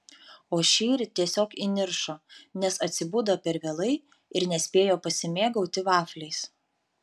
o šįryt tiesiog įniršo nes atsibudo per vėlai ir nespėjo pasimėgauti vafliais